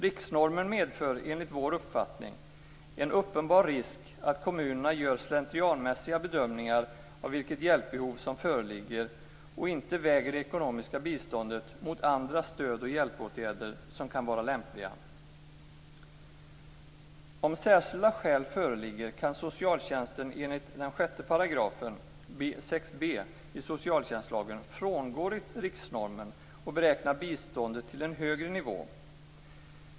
Riksnormen medför, enligt vår uppfattning, en uppenbar risk att kommunerna gör slentrianmässiga bedömningar av vilket hjälpbehov som föreligger och inte väger det ekonomiska biståndet mot andra stödoch hjälpåtgärder som kan vara lämpliga. Om särskilda skäl föreligger kan socialtjänsten, enligt § 6 b i socialtjänstlagen, frångå riksnormen och beräkna biståndet till en högre nivå.